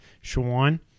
Shawan